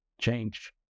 change